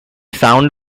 sound